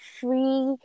free